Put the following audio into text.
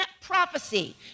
prophecy